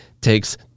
takes